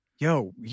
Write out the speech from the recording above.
Yo